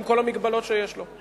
עם כל המגבלות שיש לו.